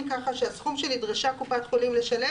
ככה שהסכום שנדרשה קופת חולים לשלם,